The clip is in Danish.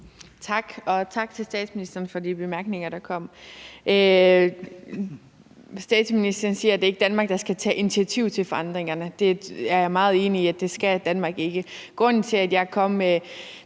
Tak, og tak til statsministeren for de bemærkninger, der kom. Statsministeren siger, at det ikke er Danmark, der skal tage initiativ til forandringerne. Det er jeg meget enig i at Danmark ikke skal. Grunden til, at jeg kom med